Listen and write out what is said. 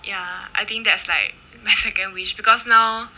ya I think that's like mexican wish because now